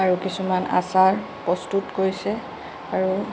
আৰু কিছুমান আচাৰ প্ৰস্তুত কৰিছে আৰু